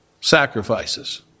sacrifices